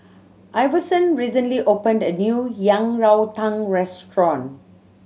Iverson recently opened a new Yang Rou Tang restaurant